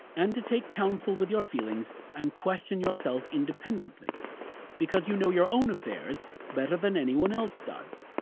and to take counsel with your feelings and question yourself independently because you know your own affairs better than anyone else does.